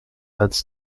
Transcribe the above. als